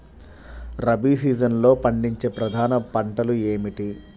రబీ సీజన్లో పండించే ప్రధాన పంటలు ఏమిటీ?